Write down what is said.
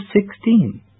sixteen